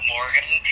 Morgan